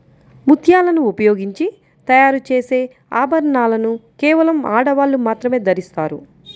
ముత్యాలను ఉపయోగించి తయారు చేసే ఆభరణాలను కేవలం ఆడవాళ్ళు మాత్రమే ధరిస్తారు